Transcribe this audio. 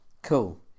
Cool